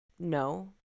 No